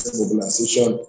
mobilization